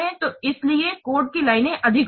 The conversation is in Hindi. तो इसीलिए कोड की लाइनें अधिक होंगी